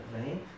right